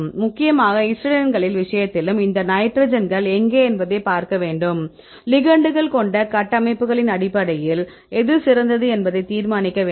முக்கியமாக ஹிஸ்டைடின்களின் விஷயத்திலும் இந்த நைட்ரஜன்கள் எங்கே என்பதைப் பார்க்க வேண்டும் லிகெெண்டுகள் கொண்ட கட்டமைப்புகளின் அடிப்படையில் எது சிறந்தது என்பதை தீர்மானிக்க முடியும்